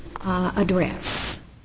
address